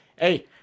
hey